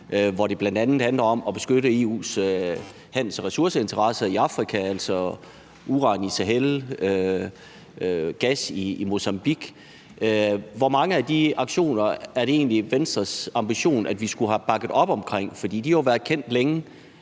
hvor det bl.a. handler om at beskytte EU's handels- og ressourceinteresser i Afrika, altså uran i Sahel, gas i Mozambique – hvor mange af de aktioner det egentlig er Venstres ambition at vi skulle have bakket op omkring, for de har jo været kendt længe.